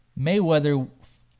Mayweather